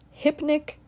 Hypnic